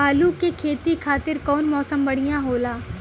आलू के खेती खातिर कउन मौसम बढ़ियां होला?